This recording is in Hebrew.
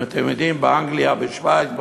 אם אתם יודעים, באנגליה, בשווייץ,